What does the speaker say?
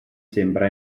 sembra